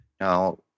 Now